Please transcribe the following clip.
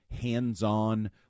hands-on